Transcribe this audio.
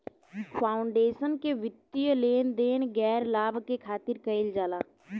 foundation के वित्तीय लेन देन गैर लाभ के खातिर कईल जाला